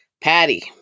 Patty